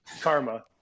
Karma